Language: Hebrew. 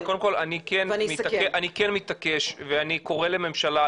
קודם כל אני כן מתעקש ואני קורא לממשלה,